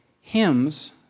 hymns